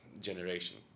generation